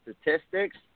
statistics